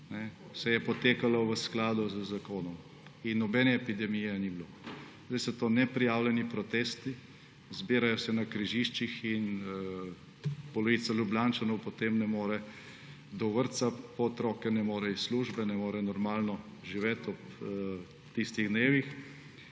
vse je potekalo v skladu z zakonom. In nobene epidemije ni bilo. Sedaj so to neprijavljeni protesti, zbirajo se na križiščih in polovica Ljubljančanov potem ne more do vrtca po otroke, ne more iz službe, ne more normalno živeti ob tistih dneh.